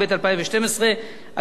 התשע"ב 2012. אגב,